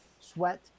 sweat